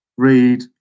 read